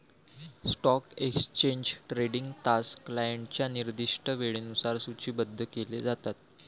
stock exchange trading तास क्लायंटच्या निर्दिष्ट वेळेनुसार सूचीबद्ध केले जातात